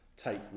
take